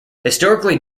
historically